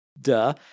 duh